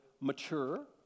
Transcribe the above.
mature